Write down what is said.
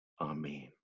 Amen